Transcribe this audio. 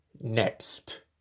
next